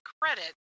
credit